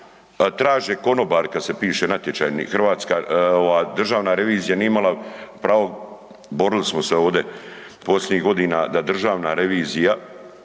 traže konobari kada se piše natječaj. Državna revizija nije imala pravo borili smo se ovdje posljednjih godina da Državna revizija,